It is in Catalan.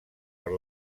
per